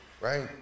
right